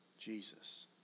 Jesus